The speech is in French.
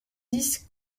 dix